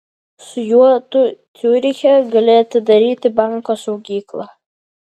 su juo tu ciuriche gali atidaryti banko saugyklą